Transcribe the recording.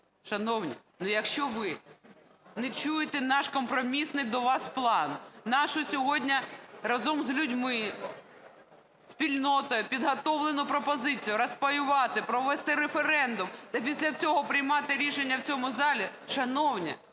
Шановні, ну, якщо ви не чуєте наш компромісний до вас план, нашу сьогодні, з разом з людьми, спільнотою, підготовлену пропозицію розпаювати, провести референдум та після цього приймати рішення в цьому залі, шановні,